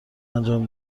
انجام